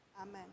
Amen